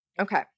Okay